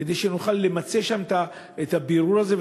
כדי שנוכל למצות שם את הבירור הזה,